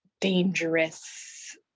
dangerous